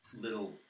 little